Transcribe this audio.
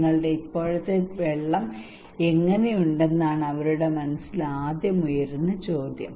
നിങ്ങളുടെ ഇപ്പോഴത്തെ വെള്ളം എങ്ങനെയുണ്ടെന്നാണ് അവരുടെ മനസ്സിൽ ആദ്യം ഉയരുന്ന ചോദ്യം